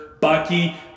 Bucky